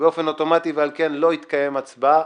באופן אוטומטי, ועל כן לא תתקיים הצבעה.